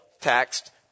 text